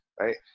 right